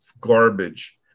garbage